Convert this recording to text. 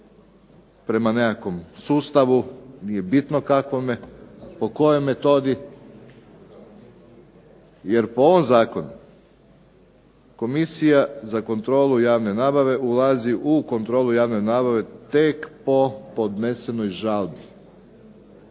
prema nekakvom sustavu, nije bitno kakvome, po kojoj metodi. Jer po ovom zakonu Komisija za kontrolu javne nabave ulazi u kontrolu javne nabave tek po podnesenoj žalbi.